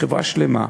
בחברה שלמה,